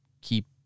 keep